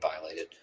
violated